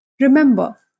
Remember